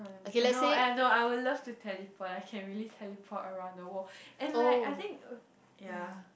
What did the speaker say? I know I know I would love to teleport I can really teleport around the world and like I think uh ya